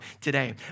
today